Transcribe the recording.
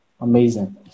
Amazing